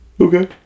Okay